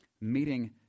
meeting